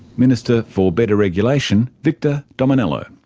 minister for better regulation, victor dominello.